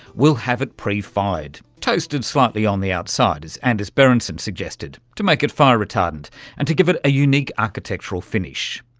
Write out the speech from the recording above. we'll have it pre-fired, toasted slightly on the outside, as and anders berensson suggested, to make it fire retardant and to give it a unique architectural finish.